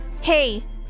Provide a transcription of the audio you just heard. Hey